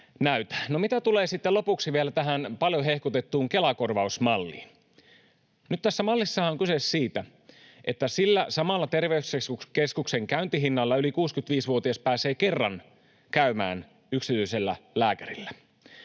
mitä tulee sitten vielä tähän paljon hehkutettuun Kela-korvausmallin, niin nyt tässä mallissahan on kyse siitä, että sillä samalla terveyskeskuksen käyntihinnalla yli 65-vuotias pääsee kerran käymään yksityisellä lääkärillä.